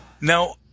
Now